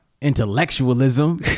intellectualism